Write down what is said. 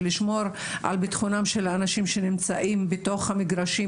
ולשמור על ביטחונם של האנשים שנמצאים בתוך המגרשים,